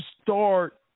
start